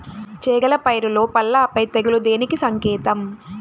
చేగల పైరులో పల్లాపై తెగులు దేనికి సంకేతం?